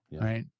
right